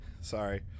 Sorry